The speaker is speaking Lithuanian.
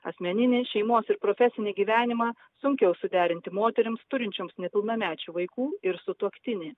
asmeninį šeimos ir profesinį gyvenimą sunkiau suderinti moterims turinčioms nepilnamečių vaikų ir sutuoktinį